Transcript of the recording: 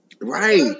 Right